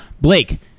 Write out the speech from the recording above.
Blake